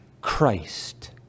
Christ